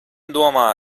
domā